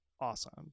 awesome